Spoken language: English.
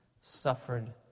suffered